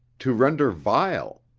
to render vile.